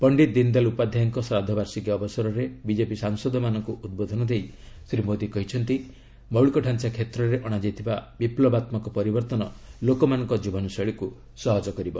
ପଣ୍ଡିତ ଦୀନଦୟାଲ ଉପାଧ୍ୟାୟଙ୍କ ଶ୍ରାଦ୍ଧବାର୍ଷିକୀ ଅବସରରେ ବିଜେପି ସାଂସଦମାନଙ୍କୁ ଉଦ୍ବୋଧନ ଦେଇ ଶ୍ରୀ ମୋଦୀ କହିଛନ୍ତି ମୌଳିକ ଡ଼ାଞ୍ଚା କ୍ଷେତ୍ରରେ ଅଣାଯାଉଥିବା ବିପ୍ଳବାତ୍ମକ ପରିବର୍ତ୍ତନ ଲୋକମାନଙ୍କ ଜୀବନଶୈଳୀକୁ ସହଜ କରିବ